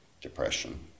depression